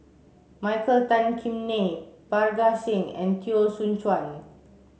Michael Tan Kim Nei Parga Singh and Teo Soon Chuan